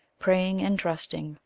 praying and trusting,